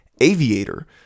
Aviator